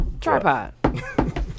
Tripod